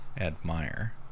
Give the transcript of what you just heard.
Admire